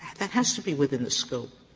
that has to be within the scope.